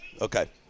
Okay